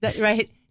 Right